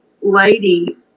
lady